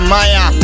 Maya